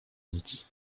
nic